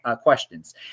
questions